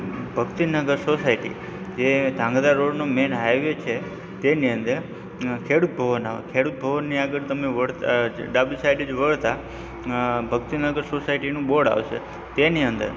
Bhaktinagar society તે ધ્રાંગધ્રા રોડનો main highway છે તેની અંદર ખેડૂત ભવન આવે ખેડૂત ભવનની આગળ તમને વળતાં અ ડાબી સાઈડ જ વળતાં ભક્તિનગર સોસાયટીનું બોર્ડ આવશે તેની અંદર